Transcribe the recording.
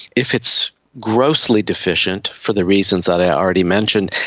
if it's grossly deficient, for the reasons that i already mentioned,